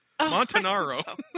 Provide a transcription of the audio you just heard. Montanaro